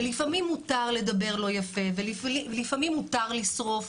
ולפעמים מותר לדבר לא יפה ולפעמים מותר לשרוף